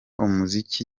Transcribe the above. umuziki